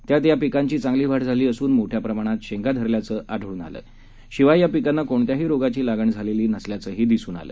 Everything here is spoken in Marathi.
त्यात या पिकांची चांगली वाढ झाली असुन मोठ्या प्रमाणात शेंगा धरल्याचं आढळून आलं शिवाय या पिकांना कोणत्याही रोगाची लागण झालेली नसल्याचंही दिसून आलं